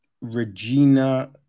Regina